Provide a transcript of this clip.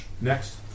Next